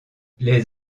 les